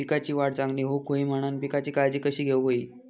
पिकाची वाढ चांगली होऊक होई म्हणान पिकाची काळजी कशी घेऊक होई?